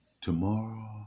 tomorrow